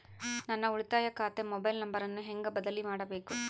ನನ್ನ ಉಳಿತಾಯ ಖಾತೆ ಮೊಬೈಲ್ ನಂಬರನ್ನು ಹೆಂಗ ಬದಲಿ ಮಾಡಬೇಕು?